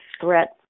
threats